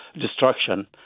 destruction